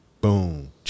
Boom